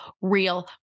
real